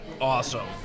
awesome